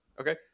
Okay